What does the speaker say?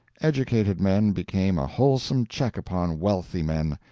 educated men became a wholesome check upon wealthy men,